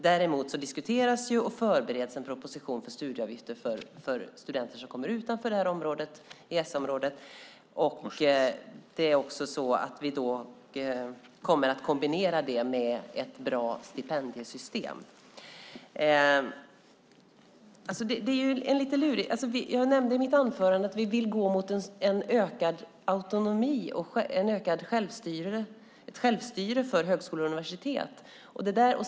Däremot diskuteras och förbereds en proposition om studieavgifter för studenter som kommer från länder utanför EES-området. Vi kommer att kombinera detta med ett bra stipendiesystem. Jag nämnde i mitt anförande att vi vill gå mot ökad autonomi och ökat självstyre för högskolor och universitet.